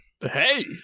Hey